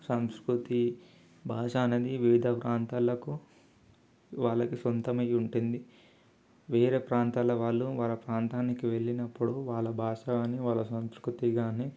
సంస్కృతి భాష అనేది వివిధ ప్రాంతాలకు వాళ్ళకి సొంతమై ఉంటుంది వేరే ప్రాంతాలు వాళ్ళు వాళ్ళ ప్రాంతానికి వెళ్ళినప్పుడు వాళ్ళ భాష కాని వాళ్ళ సంస్కృతి కాని